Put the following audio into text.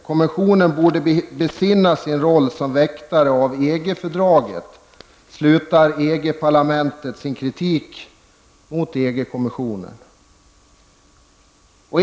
Kommissionen borde besinna sin roll som väktare av EG-fördraget, slutar EG-parlamentet sin kritik mot EG-kommissionen.